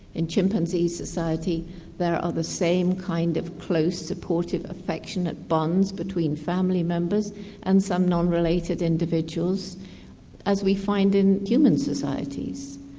in chimpanzee society there are the same kinds kind of close, supportive, affectionate bonds between family members and some non-related individuals as we find in human societies.